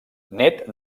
nét